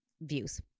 views